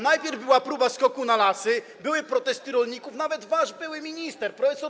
Najpierw była próba skoku na lasy, były protesty rolników, nawet wasz były minister prof.